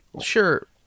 Sure